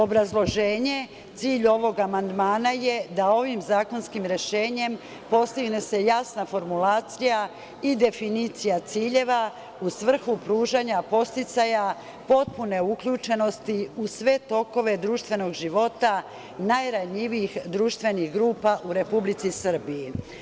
Obrazloženje – cilj ovog amandmana je da ovim zakonskim rešenjem postigne se jasna formulacija i definicija ciljeva u svrhu pružanja podsticaja potpune uključenosti u sve tokove društvenog života najranjivijih društvenih grupa u Republici Srbiji.